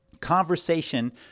conversation